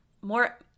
More